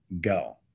go